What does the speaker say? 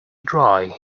dry